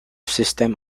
system